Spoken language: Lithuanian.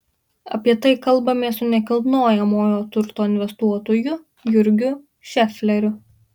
apie tai kalbamės su nekilnojamojo turto investuotoju jurgiu šefleriu